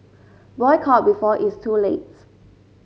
boycott before it's too late